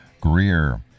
Greer